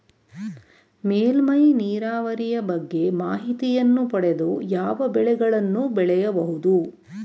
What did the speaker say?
ಮೇಲ್ಮೈ ನೀರಾವರಿಯ ಬಗ್ಗೆ ಮಾಹಿತಿಯನ್ನು ಪಡೆದು ಯಾವ ಬೆಳೆಗಳನ್ನು ಬೆಳೆಯಬಹುದು?